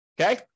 Okay